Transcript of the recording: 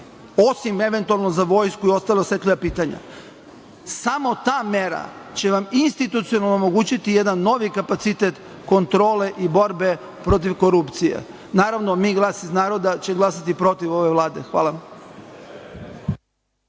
osim eventualno za vojsku i ostala osetljiva pitanja. Samo ta mera će vam institucionalno omogućiti jedan novi kapacitet kontrole i borbe protiv korupcije. Naravno, Mi - Glas iz naroda će glasati protiv ove Vlade. Hvala.